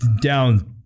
down